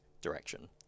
direction